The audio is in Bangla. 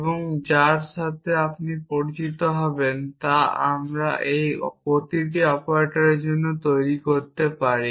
এবং যার সাথে আপনি পরিচিত হবেন তা আমরা এই প্রতিটি অপারেটরের জন্য তৈরি করতে পারি